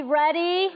ready